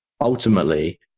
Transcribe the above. ultimately